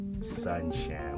sunshine